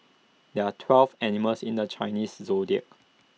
there are twelve animals in the Chinese Zodiac